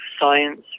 science